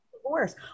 divorce